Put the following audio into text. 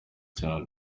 cyane